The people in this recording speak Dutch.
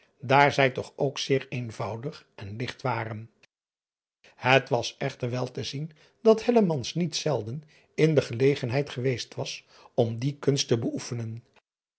daar zij toch ook zeer eenvoudig en ligt waren et was echter wel te zien dat niet zelden in de gelegenheid geweest was om die kunst te beoesenen